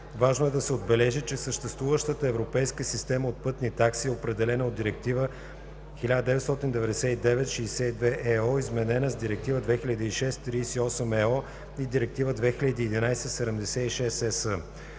Важно е да се отбележи, че съществуващата европейска система от пътни такси е определена от Директива 1999/62/ЕО, изменена с Директива 2006/38/ЕО и Директива 2011/76/ЕС.